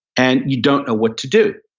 and you don't know what to do.